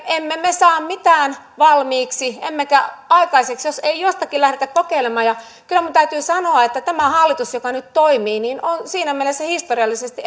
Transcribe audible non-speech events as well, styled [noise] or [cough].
emme me saa mitään valmiiksi emmekä aikaiseksi jos ei jotakin lähdetä kokeilemaan kyllä minun täytyy sanoa että tämä hallitus joka nyt toimii on siinä mielessä historiallisesti [unintelligible]